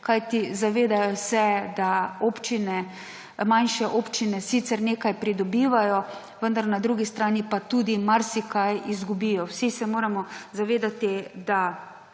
kajti zavedajo se, da manjše občine sicer nekaj pridobivajo, vendar na drugi strani tudi marsikaj izgubijo. Vsi se moramo zavedati, da